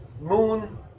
moon